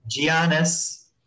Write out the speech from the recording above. Giannis